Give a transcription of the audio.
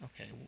Okay